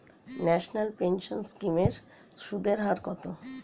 National pension scheme এর সুদের হার কত?